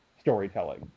storytelling